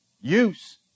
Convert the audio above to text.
Use